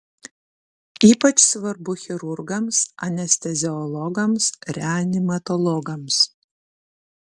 ypač svarbu chirurgams anesteziologams reanimatologams